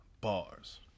bars